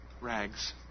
rags